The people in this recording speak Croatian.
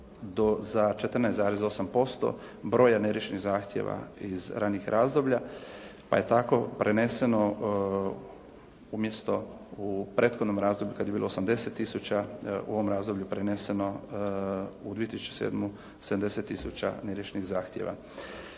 za 14,8% broja neriješenih zahtjeva iz ranijih razdoblja pa je tako preneseno umjesto u prethodnom razdoblju kad je bilo 80 tisuća, u ovom razdoblju preneseno u 2007. 70 tisuća neriješenih zahtjeva.